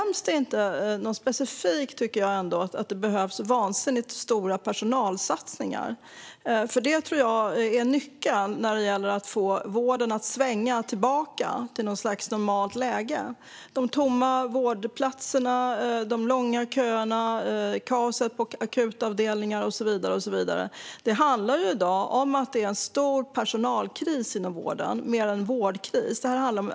Men i det nämns inte specifikt att det behövs vansinnigt stora personalsatsningar. Det tror jag är nyckeln till att få vården att svänga tillbaka till något slags normalläge. De tomma vårdplatserna, de långa köerna, kaoset på akutavdelningar och så vidare handlar i dag om en stor personalkris inom vården, mer än om en vårdkris.